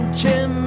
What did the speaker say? chim